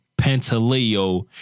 Pantaleo